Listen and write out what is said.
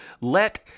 Let